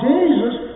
Jesus